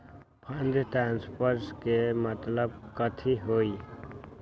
Fund transfer के मतलब कथी होई?